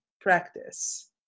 practice